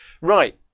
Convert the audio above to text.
Right